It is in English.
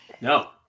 No